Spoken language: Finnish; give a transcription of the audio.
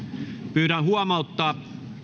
pyydän huomauttaa